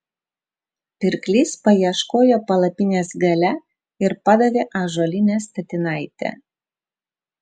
pirklys paieškojo palapinės gale ir padavė ąžuolinę statinaitę